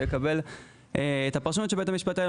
ולקבל את הפרשנות של בית המשפט העליון,